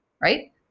right